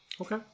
Okay